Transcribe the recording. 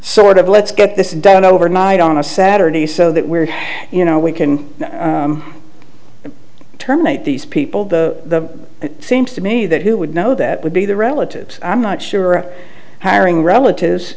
rt of let's get this done overnight on a saturday so that we're you know we can terminate these people the it seems to me that who would know that would be the relatives i'm not sure how erring relatives